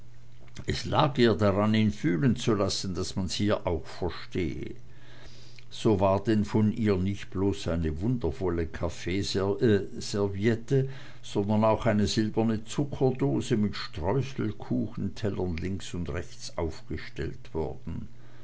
es lag ihr daran ihn fühlen zu lassen daß man's hier auch verstehe so war denn von ihr nicht bloß eine wundervolle kaffeeserviette sondern auch eine silberne zuckerdose mit streuselkuchentellern links und rechts aufgestellt worden